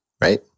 right